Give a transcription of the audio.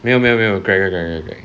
没有没有没有 greg greg greg